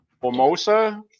formosa